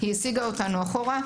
היא הסיגה אותנו אחורה.